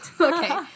Okay